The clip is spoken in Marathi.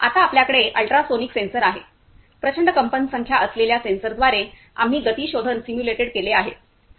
आता आपल्याकडे अल्ट्रासोनिक सेन्सर आहे प्रचंड कंपनसंख्या असलेल्या ध्वनिलहरी सेन्सरद्वारे आम्ही गती शोधन सिम्युलेटेड केले आहे